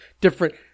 different